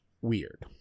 weird